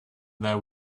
there